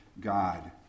God